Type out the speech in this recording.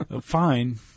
fine